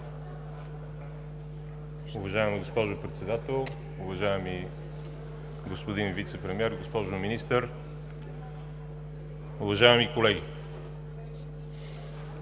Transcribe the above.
Уважаема госпожо Председател, уважаеми господин Вицепремиер, госпожо Министър, уважаеми колеги!